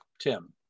Tim